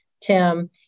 Tim